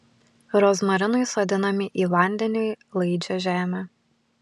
rozmarinai sodinami į vandeniui laidžią žemę